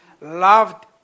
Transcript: loved